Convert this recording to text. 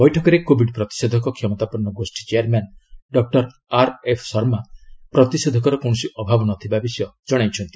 ବୈଠକରେ କୋବିଡ୍ ପ୍ରତିଷେଧକ କ୍ଷମତାପନ୍ନ ଗୋଷ୍ଠି ଚେୟାରମ୍ୟାନ୍ ଡକ୍ଟର ଆର୍ଏଫ୍ ଶର୍ମା ପ୍ରତିଷେଧକର କୌଣସି ଅଭାବ ନ ଥିବାର ବିଷୟ ଜଣାଇଛନ୍ତି